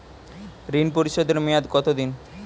ঋণ পরিশোধের মেয়াদ কত দিন?